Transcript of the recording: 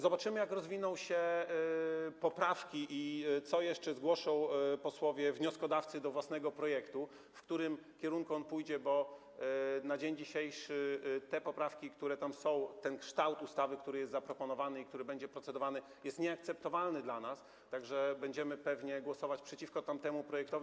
Zobaczymy, jak rozwinie się kwestia poprawek i co jeszcze zgłoszą posłowie wnioskodawcy do własnego projektu, w którym kierunku on pójdzie, ale na dzień dzisiejszy te poprawki, które tam są, ten kształt ustawy, który jest zaproponowany i który będzie procedowany, są nieakceptowalne dla nas, tak że pewnie będziemy głosować przeciwko tamtemu projektowi.